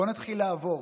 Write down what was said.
בואו נתחיל לעבור.